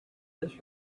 this